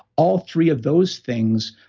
all three of those things,